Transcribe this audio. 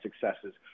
successes